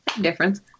difference